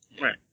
Right